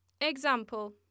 Example